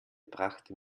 brachte